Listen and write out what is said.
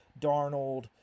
Darnold